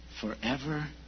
forever